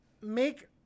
make